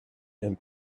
and